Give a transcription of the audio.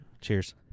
Cheers